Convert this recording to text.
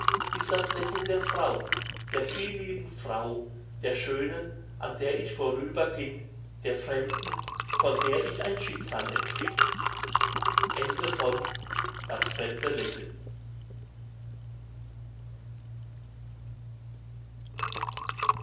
ist das lächeln der frau der viellieben frau der schönen an der ich vorüberging der fremden von der ich ein schicksal empfing